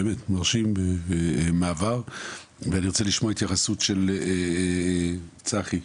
אני ארצה לשמוע התייחסות של צחי,